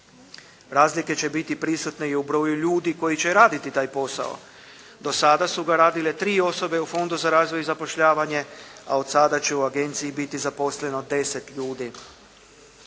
Razlike će biti prisutne i u broju ljudi koji će raditi taj posao. Do sada su ga radile tri osobe u Fondu za razvoj i zapošljavanje a od sada će u agenciji biti zaposleno deset ljudi.